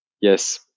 yes